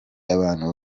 abantu